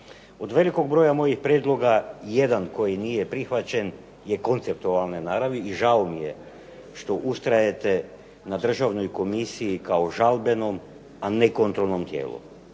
Od velikog broja mojih prijedloga jedan koji nije prihvaćen je konceptualne naravi, i žao mi je što ustrajete na Državnoj komisiji kao žalbenom a ne kao kontrolnom tijelu.